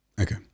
Okay